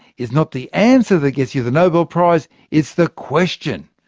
it's not the answer that gets you the nobel prize, it's the question.